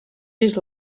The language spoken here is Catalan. vist